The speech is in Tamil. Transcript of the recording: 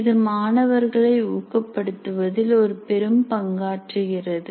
இது மாணவர்களை ஊக்கப்படுத்துவதில் ஒரு பெரும் பங்காற்றுகிறது